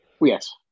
yes